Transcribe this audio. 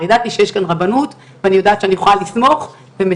כלומר ידעתי שיש כאן רבנות ואני יודעת שאני יכולה לסמוך ומצוין.